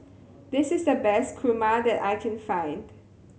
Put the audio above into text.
this is the best kurma that I can find